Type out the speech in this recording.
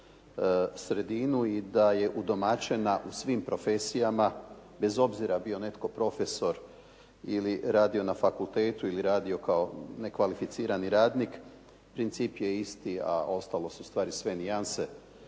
sredinu i da je udomaćena u svim profesijama, bez obzira bio netko profesor ili radio na fakultetu ili radio kao nekvalificirani radnik, princip je isti a ostalo su sve nijanse.